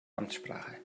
amtssprache